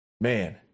man